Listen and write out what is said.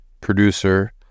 producer